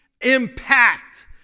impact